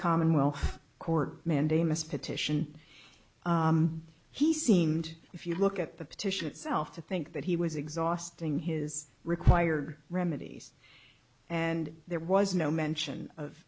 commonwealth court mandamus petition he seemed if you look at the petition itself to think that he was exhausting his required remedies and there was no mention of